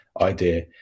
idea